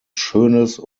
schönes